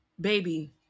baby